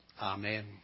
Amen